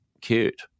cute